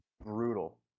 brutal